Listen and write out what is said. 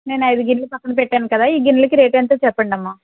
నేను ఐదు గిన్నెలు పక్కన పెట్టాను కదా ఈ గిన్నెలకి రేటు ఎంతో చెప్పండమ్మా